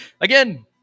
again